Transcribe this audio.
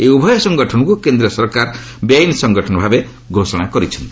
ଏହି ଉଭୟ ସଙ୍ଗଠନକୁ କେନ୍ଦ୍ର ସରକାର ବେଆଇନ ସଙ୍ଗଠନ ଭାବେ ଘୋଷଣା କରିଛନ୍ତି